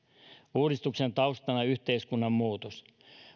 uudistuksen taustalla on yhteiskunnan muutos